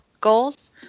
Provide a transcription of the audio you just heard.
goals